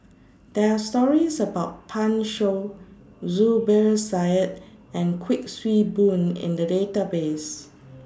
There Are stories about Pan Shou Zubir Said and Kuik Swee Boon in The Database